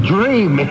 Dream